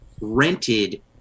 rented